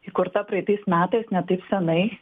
įkurta praeitais metais ne taip senai